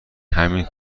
همین